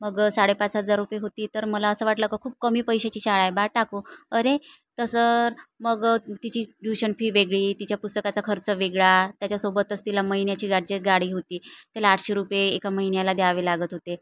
मग साडेपाच हजार रुपये होती तर मला असं वाटलं का खूप कमी पैशाची शाळा आहे बा टाकू अरे तसं मग तिची ट्यूशन फी वेगळी तिच्या पुस्तकाचा खर्च वेगळा त्याच्यासोबतच तिला महिन्याची गाची गाडी होती त्याला आठशे रुपये एका महिन्याला द्यावे लागत होते